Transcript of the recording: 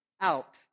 out